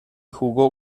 jugó